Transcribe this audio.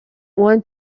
want